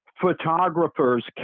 photographers